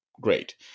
great